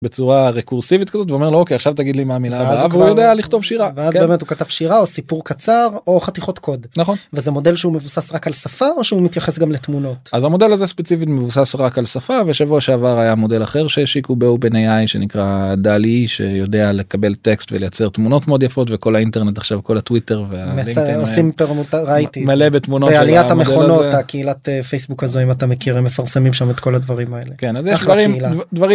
בצורה ריקורסיבית כזאת ואומר לו אוקי, עכשיו תגיד לי מה המילה לכתוב שירה ואז באמת הוא כתב שירה או סיפור קצר או חתיכות קוד. נכון וזה מודל שהוא מבוסס רק על שפה או שהוא מתייחס גם לתמונות אז המודל הזה ספציפית מבוסס רק על שפה ושבוע שעבר היה מודל אחר שהשיקו באופן איי שנקרא דלי שיודע לקבל טקסט ולייצר תמונות מאוד יפות וכל האינטרנט עכשיו כל הטוויטר. ועושים פרמוטציות, ראיתי מלא בתמונות עליית המכונות הקהילת פייסבוק הזו אם אתה מכיר מפרסמים שם את כל הדברים האלה. כן, אחלה קהילה